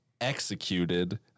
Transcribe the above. executed